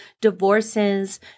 divorces